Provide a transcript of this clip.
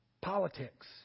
politics